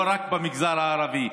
לא רק במגזר הערבי.